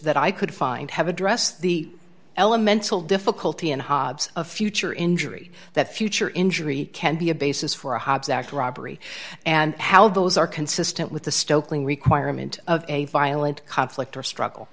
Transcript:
that i could find have addressed the elemental difficulty in hobbs a future injury that future injury can be a basis for a hobbs act robbery and how those are consistent with the stokely requirement of a violent conflict or struggle